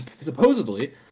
supposedly